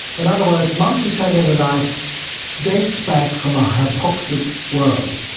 in other words, multicellular life dates back from a hypoxic world.